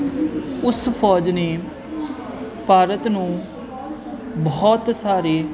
ਉਸ ਫੌਜ ਨੇ ਭਾਰਤ ਨੂੰ ਬਹੁਤ ਸਾਰੇ